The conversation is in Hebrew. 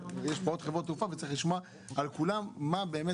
אבל יש פה עוד חברות תעופה וצריך לשמוע על כולם מה באמת